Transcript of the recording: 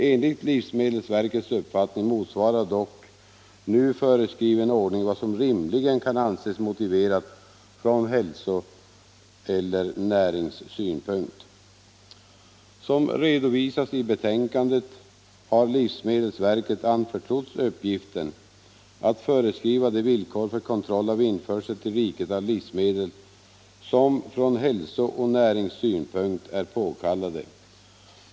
Enligt livsmedelsverkets uppfattning motsvarar dock nu föreskriven ordning vad som rimligen kan anses motiverat från hälsoeller näringssynpunkt. Som redovisas i betänkandet har livsmedelsverket anförtrotts uppgiften att föreskriva de villkor för kontroll av införsel till riket av livsmedel som från hälsooch näringssynpunkt är påkallade.